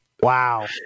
Wow